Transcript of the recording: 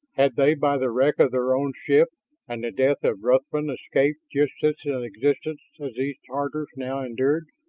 had they by the wreck of their own ship and the death of ruthven, escaped just such an existence as these tatars now endured?